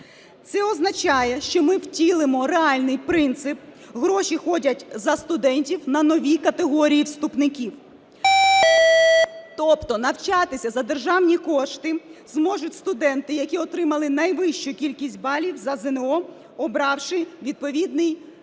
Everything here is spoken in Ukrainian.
Це означає, що ми втілимо реальний принцип "гроші ходять за студентом" на нові категорії вступників. Тобто навчатися за державні кошти зможуть студенти, які отримали найвищу кількість балів за ЗНО, обравши відповідний заклад